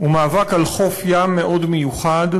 הוא מאבק על חוף ים מאוד מיוחד,